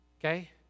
Okay